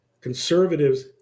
conservatives